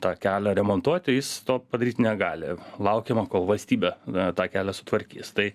tą kelią remontuoti jis to padaryt negali laukiama kol valstybė tą kelią sutvarkys tai